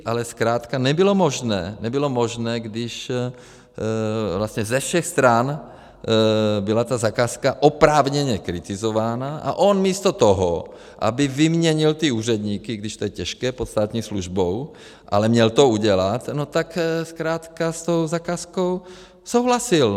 Ale zkrátka nebylo možné, nebylo možné, když ze všech stran byla ta zakázka oprávněně kritizována, a on místo toho, aby vyměnil úředníky, i když to je těžké, pod státní službou, ale měl to udělat, tak zkrátka s tou zakázkou souhlasil.